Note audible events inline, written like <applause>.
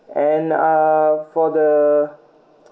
and uh for the <noise>